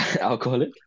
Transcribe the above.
Alcoholic